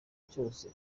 cyose